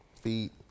feet